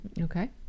Okay